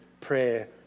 prayer